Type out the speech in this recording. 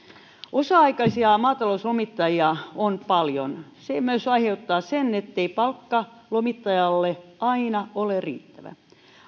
osa aikaisia maatalouslomittajia on paljon se myös aiheuttaa sen ettei palkka lomittajalle aina ole riittävä